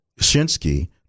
Shinsky